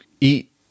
eat